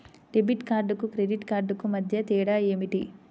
Debit కార్డుకు credit కార్డుకు మధ్య తేడా ఏమిటీ?